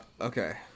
okay